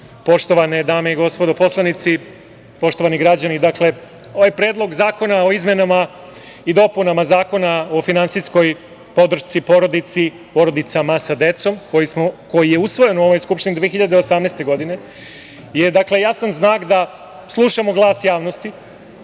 poštovane dame i gospodo poslanici, poštovani građani, ovaj Predlog zakona o izmenama i dopunama Zakona o finansijskoj podršci porodicama sa decom, koji je usvojen u ovoj Skupštini 2018. godine, je jasan znak da slušamo glas javnosti,